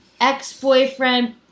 ex-boyfriend